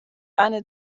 eine